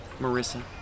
Marissa